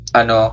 ano